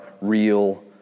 real